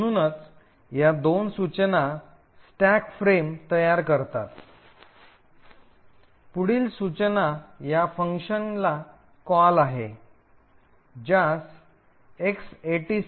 म्हणूनच या दोन सूचना स्टॅक फ्रेम तयार करतात पुढील सूचना या फंक्शनला कॉल आहे ज्यास X86